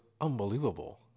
Unbelievable